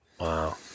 Wow